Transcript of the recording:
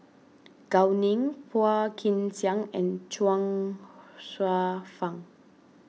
Gao Ning Phua Kin Siang and Chuang Hsueh Fang